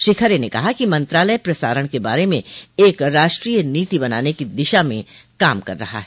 श्री खरे ने कहा कि मंत्रालय प्रसारण के बारे में एक राष्ट्रीय नीति बनाने की दिशा में काम कर रहा है